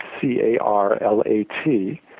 C-A-R-L-A-T